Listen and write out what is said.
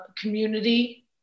community